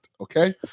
Okay